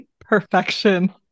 Perfection